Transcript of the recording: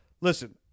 listen